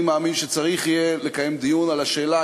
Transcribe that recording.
אני מאמין שצריך יהיה לקיים דיון על השאלה